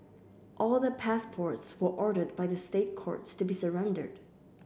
all their passports were ordered by the State Courts to be surrendered